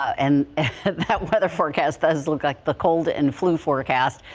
and that weather forecast does look like the cold and flu forecast.